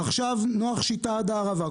עכשיו נוח שיטה עד הערבה.